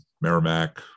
Merrimack